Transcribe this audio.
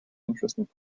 interesting